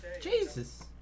Jesus